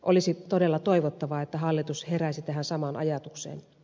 olisi todella toivottavaa että hallitus heräisi tähän samaan ajatukseen